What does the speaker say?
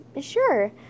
Sure